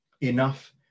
enough